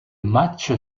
match